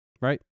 Right